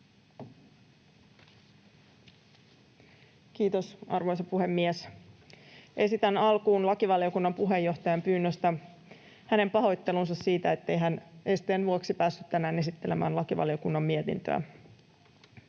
Kiitos, arvoisa puhemies! Esitän alkuun lakivaliokunnan puheenjohtajan pyynnöstä hänen pahoittelunsa siitä, ettei hän esteen vuoksi päässyt tänään esittelemään lakivaliokunnan mietintöä.